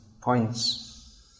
points